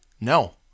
No